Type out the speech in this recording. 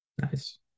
Nice